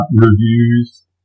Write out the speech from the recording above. reviews